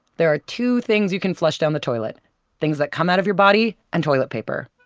there are two things you can flush down the toilet things that come out of your body and toilet paper.